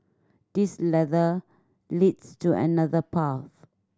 this ladder leads to another path